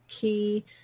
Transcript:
key